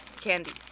candies